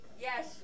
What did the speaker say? Yes